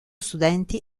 studenti